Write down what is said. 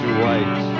white